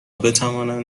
بتوانند